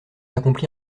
accompli